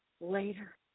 later